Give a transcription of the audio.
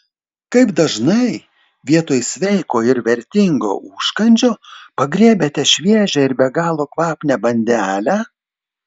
kaip dažnai vietoj sveiko ir vertingo užkandžio pagriebiate šviežią ir be galo kvapnią bandelę